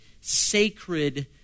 sacred